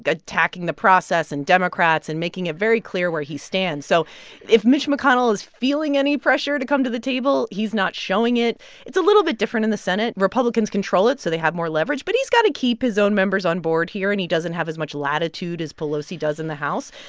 attacking the process and democrats and making it very clear where he stands. so if mitch mcconnell is feeling any pressure to come to the table, he's not showing it it's a little bit different in the senate. republicans control it, so they have more leverage. but he's got to keep his own members on board here. and he doesn't have as much latitude as pelosi does in the house.